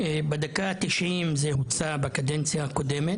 בדקה ה-90 זה הוצא מהחוק בקדנציה הקודמת,